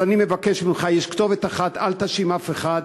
אז אני מבקש ממך: יש כתובת אחת, אל תאשים אף אחד.